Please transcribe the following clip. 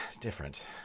different